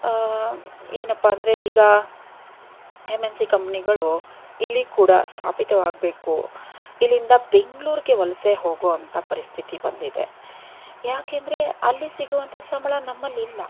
ಏನಪ್ಪ ಅಂದರೆ ಈಗ ಎಂ ಎನ್ ಸಿ ಕಂಪ್ನಿಗಳು ಇಲ್ಲಿ ಕೂಡ ಸ್ಥಾಪಿತವಾಗಬೇಕು ಇಲ್ಲಿಂದ ಬೆಂಗಳೂರಿಗೆ ವಲಸೆ ಹೋಗೋ ಅಂತ ಪರಿಸ್ಥಿತಿ ಬಂದಿದೆ ಯಾಕೆಂದ್ರೆ ಅಲ್ಲಿ ಸಿಗುವಂಥ ಸಂಬಳ ನಮ್ಮಲ್ಲಿಲ್ಲ